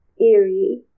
eerie